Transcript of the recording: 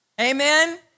Amen